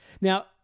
Now